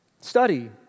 study